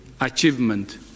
achievement